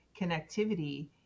connectivity